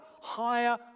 higher